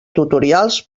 tutorials